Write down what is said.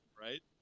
right